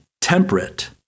temperate